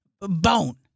bone